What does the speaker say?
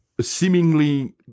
seemingly